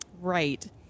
Right